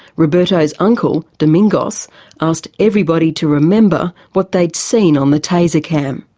roberto's uncle domingos asked everybody to remember what they'd seen on the taser cam.